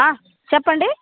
చెప్పండి